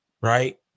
right